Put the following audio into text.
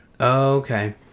okay